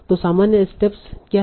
तो सामान्य स्टेप्स क्या हैं